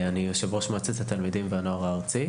אני יושב-ראש מועצת התלמידים והנוער הארצית.